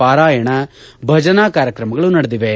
ಪಾರಾಯಣ ಭಜನಾ ಕಾರ್ಯಕ್ರಮಗಳು ನಡೆದಿವೆ